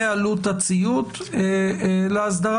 ועלות הציות לאסדרה,